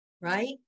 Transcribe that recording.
right